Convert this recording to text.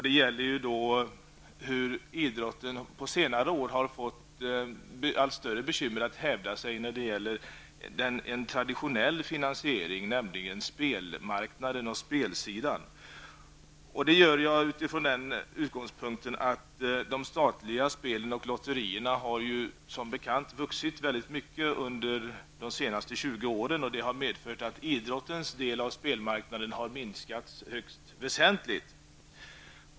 Det gäller det faktum att idrotten på senare år har fått allt större bekymmer att hävda sig på ett traditionellt finansieringsområde, nämligen spelmarknaden. Jag tar upp detta utifrån den utgångspunkten att de statliga spelen och lotterierna som bekant har vuxit väldigt mycket under de senaste 20 åren. Detta har lett till att idrottens del av spelmarknaden har minskats högst väsentligt.